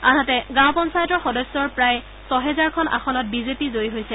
আনহাতে গাঁও পঞ্চায়তৰ সদস্যৰ প্ৰায় ছহেজাৰখন আসনত বিজেপি জয়ী হৈছে